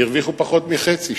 הרוויחו פחות מחצי,